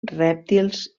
rèptils